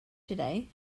today